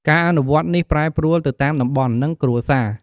ការអនុវត្តនេះប្រែប្រួលទៅតាមតំបន់ និងគ្រួសារ។